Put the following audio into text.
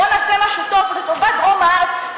בוא נעשה משהו טוב לטובת דרום הארץ,